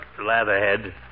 Latherhead